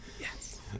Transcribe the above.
Yes